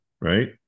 right